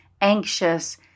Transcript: anxious